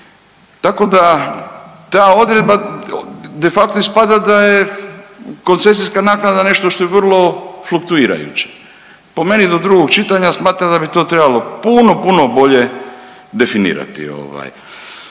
tako da ta odredba de facto ispada da je koncesijska naknada nešto što je vrlo fluktuirajuće. Po meni do drugog čitanja smatram da bi to trebalo puno, puno bolje definirati.